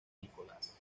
nicolás